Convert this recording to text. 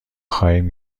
خواهیم